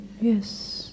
yes